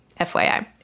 FYI